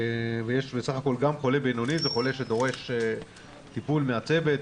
בסך הכול גם חולה בינוני זה חולה שדורש טיפול מהצוות.